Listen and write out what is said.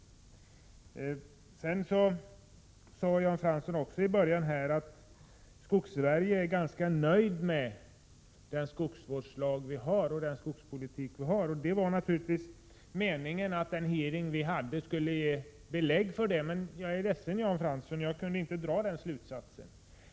I början sade Jan Fransson också att Skogssverige är ganska nöjt med den skogsvårdslag och den skogspolitik vi har. Det var naturligtvis meningen att den hearing vi hade skulle ge belägg för det, men — jag är ledsen, Jan Fransson — jag kunde inte dra den slutsatsen.